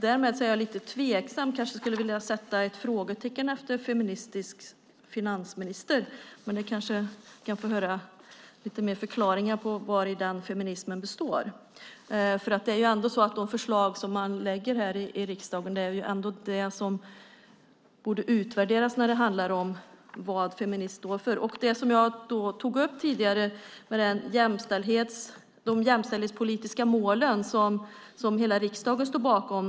Därmed är jag lite tveksam och skulle kanske vilja sätta ett frågetecken efter "feministisk finansminister". Men vi kanske kan få höra lite mer förklaringar om vari den feminismen består. Det är ändå så att de förslag som man lägger fram i riksdagen är det som borde utvärderas när det handlar om vad "feminism" står för. Jag tog tidigare upp de jämställdhetspolitiska målen, som hela riksdagen står bakom.